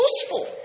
useful